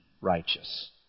righteous